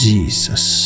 Jesus